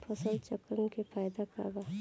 फसल चक्रण के फायदा का बा?